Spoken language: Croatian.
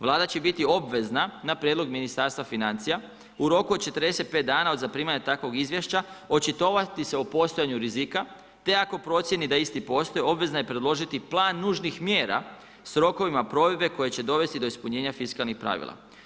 Vlada će biti obvezna na prijedlog Ministarstva financija u roku od 45 dana od zaprimanja takvog izvješća očitovati se o postojanju rizika te ako procijeni da isti postoji, obvezna je predložiti plan nužnih mjera s rokovima provedbe koje će dovesti do ispunjenja fiskalnih pravila.